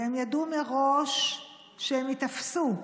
הם ידעו מראש שהם ייתפסו.